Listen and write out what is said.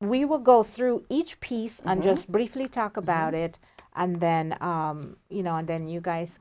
we will go through each piece and just briefly talk about it and then you know and then you guys